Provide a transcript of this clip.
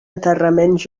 enterraments